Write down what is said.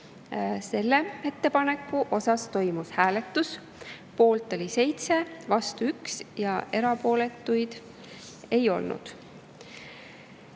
Selle ettepaneku üle toimus hääletus. Poolt oli 7, vastu 1 ja erapooletuid ei olnud.